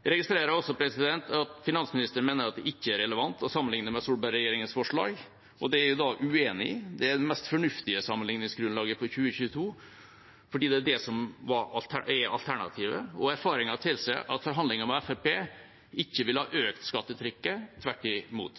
Jeg registrerer at finansministeren mener at det ikke er relevant å sammenligne med Solberg-regjeringas forslag. Det er jeg uenig i. Det er det mest fornuftige sammenligningsgrunnlaget for 2022 fordi det er det som er alternativet, og erfaringer tilsier at forhandlinger med Fremskrittspartiet ikke ville ha økt skattetrykket, tvert imot.